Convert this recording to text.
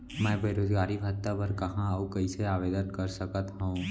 मैं बेरोजगारी भत्ता बर कहाँ अऊ कइसे आवेदन कर सकत हओं?